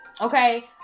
okay